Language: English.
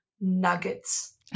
nuggets